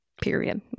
Period